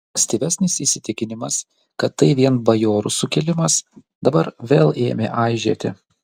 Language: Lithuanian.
ankstyvesnis įsitikinimas kad tai vien bajorų sukilimas dabar vėl ėmė aižėti